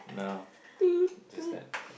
no just that